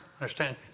understand